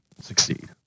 succeed